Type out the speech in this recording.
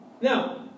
Now